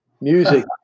music